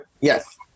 Yes